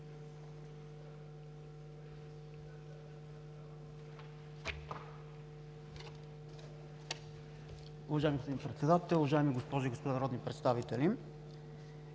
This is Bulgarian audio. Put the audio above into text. уважаеми госпожи и господа народни представители!